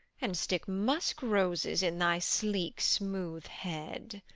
and stick musk-roses in thy sleek smooth head,